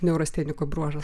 neurasteniko bruožas